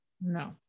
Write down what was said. No